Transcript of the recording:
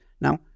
Now